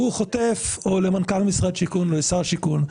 הוא 'חוטף' או למנכ"ל משרד שיכון או לשר השיכון.